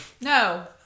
No